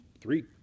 three